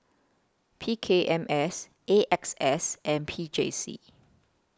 P K M S A X S and P J C